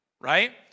right